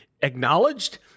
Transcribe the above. acknowledged